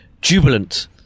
jubilant